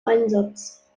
einsatz